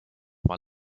mal